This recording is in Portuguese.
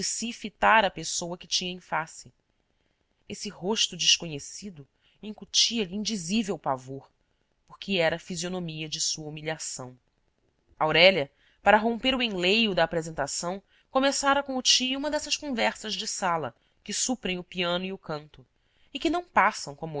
si fitar a pessoa que tinha em face esse rosto desconhecido incutia lhe indizível pavor porque era a fisionomia de sua humilhação aurélia para romper o enleio da apresentação começara com o tio uma dessas conversas de sala que suprem o piano e o canto e que não passam como